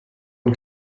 und